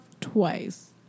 twice